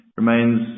remains